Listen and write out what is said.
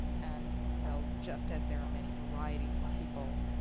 and you know just as there are many varieties people